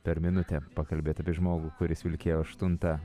per minutę pakalbėt apie žmogų kuris vilkėjo aštuntą